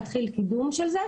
להתחיל את הקידום של זה,